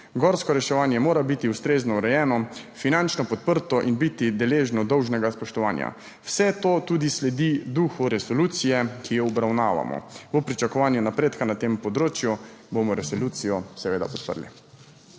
gorsko reševanje mora biti ustrezno urejeno, finančno podprto in biti deležno dolžnega spoštovanja. Vse to tudi sledi duhu resolucije, ki jo obravnavamo. V pričakovanju napredka na tem področju bomo resolucijo seveda podprli.